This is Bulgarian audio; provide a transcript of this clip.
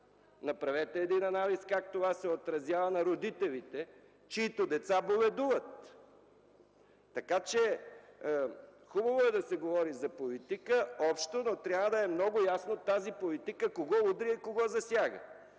Направете един анализ как това се отразява на родителите, чиито деца боледуват. Хубаво е да се говори общо за политика, но трябва да е много ясно тази политика кого удря, кого засяга,